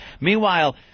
Meanwhile